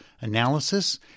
analysis